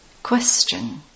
Question